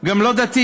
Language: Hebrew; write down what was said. גם לא דתי,